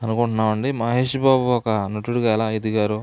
అనుకుంటున్నామండి మహేష్ బాబు ఒక నటుడుగా ఎలా ఎదిగారో